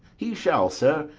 he shall, sir,